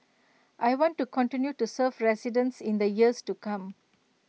I want to continue to serve residents in the years to come